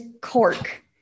cork